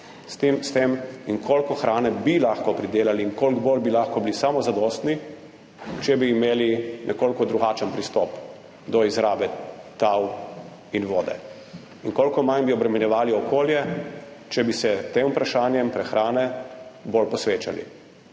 danes in koliko hrane bi lahko pridelali in koliko bolj bi lahko bili samozadostni, če bi imeli nekoliko drugačen pristop do izrabe tal in vode. Koliko manj bi obremenjevali okolje, če bi se bolj posvečali